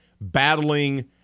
battling